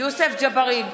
יוסף ג'בארין,